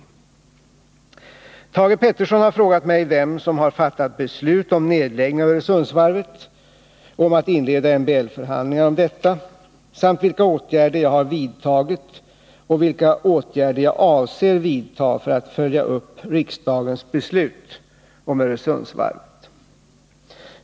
Thage Peterson har frågat mig vem som har fattat beslut om nedläggning av Öresundsvarvet och om att inleda MBL-förhandlingar om detta samt vilka åtgärder jag har vidtagit och vilka åtgärder jag avser vidta för att följa upp riksdagens beslut om Öresundsvarvet.